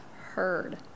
heard